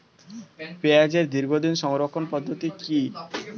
পেঁয়াজের দীর্ঘদিন সংরক্ষণ পদ্ধতি কি?